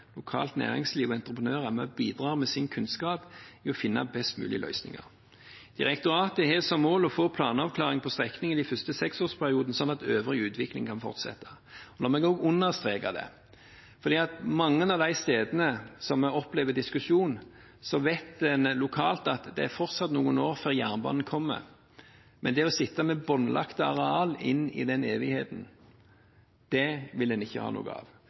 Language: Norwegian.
lokalt næringsliv og entreprenører er med og bidrar med sin kunnskap for å finne best mulige løsninger. Direktoratet har som mål å få planavklaring på strekningen i første seksårsperiode sånn at øvrig utvikling kan fortsette. La meg understreke det, for på mange av de stedene hvor vi opplever diskusjon, vet en lokalt at det fortsatt er noen år før jernbanen kommer, men å sitte med båndlagte areal inn i evigheten vil en ikke ha noe av.